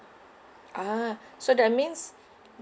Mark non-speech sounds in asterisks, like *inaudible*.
ah *breath* so that means